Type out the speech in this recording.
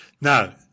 Now